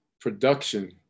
production